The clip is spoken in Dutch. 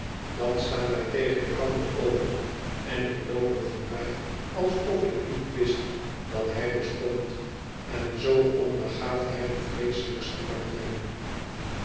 dan staan wij tegen elkander over en ik loop hem voorbij alsof ik niet wist dat hij bestond en zoo ondergaat hij de vreeselijkste martelingen